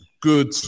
good